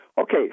Okay